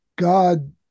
God